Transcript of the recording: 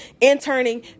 interning